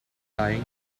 dying